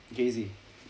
jay Z